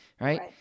right